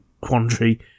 quandary